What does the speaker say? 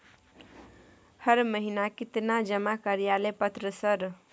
हर महीना केतना जमा कार्यालय पत्र सर?